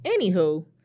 Anywho